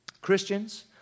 Christians